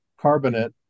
carbonate